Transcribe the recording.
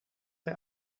hij